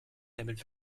damit